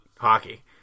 hockey